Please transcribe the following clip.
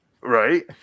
Right